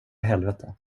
helvete